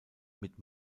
mit